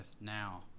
now